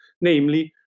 namely